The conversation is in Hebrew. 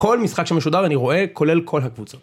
כל משחק שמשודר אני רואה, כולל כל הקבוצה.